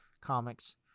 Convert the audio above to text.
comics